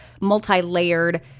multi-layered